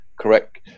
correct